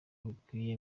bikwiye